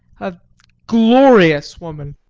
a glorious woman!